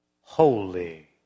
holy